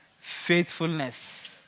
faithfulness